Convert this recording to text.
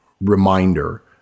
reminder